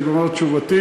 אני גומר את תשובתי,